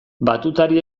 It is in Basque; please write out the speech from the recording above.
batutari